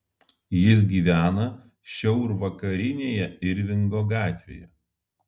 jis gyvena šiaurvakarinėje irvingo gatvėje